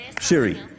Siri